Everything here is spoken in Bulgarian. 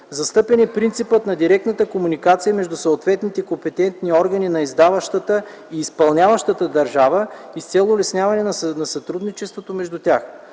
Застъпен е принципът на директната комуникация между съответните компетентни органи на издаващата и изпълняващата държава и с цел улесняване на сътрудничеството между тях.